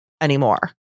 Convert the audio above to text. anymore